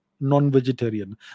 non-vegetarian